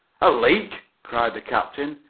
a leak! cried the captain.